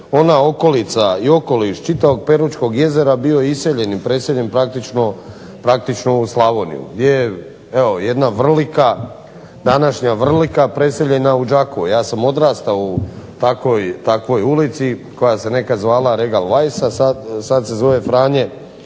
ona okolica i okoliš čitavog Peručkog jezera bio iseljen i preseljen praktično u Slavoniju gdje je jedna vrlika, današnja vrlika preseljena u Đakovo. Ja sam odrastao u takvoj ulici koja se nekad zvala Regal Weissa, a sad se zove Franje